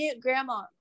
grandma